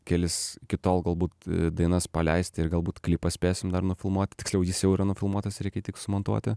kelis iki tol galbūt dainas paleisti ir galbūt klipą spėsim dar nufilmuoti tiksliau jis jau yra nufilmuotas reikia tik sumontuoti